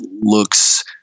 looks